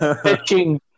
pitching